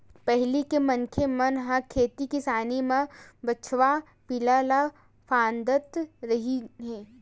पहिली के मनखे मन ह खेती किसानी म बछवा पिला ल फाँदत रिहिन हे